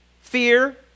Fear